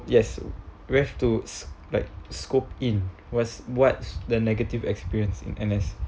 yes you have to like scope in what's what's the negative experience in N_S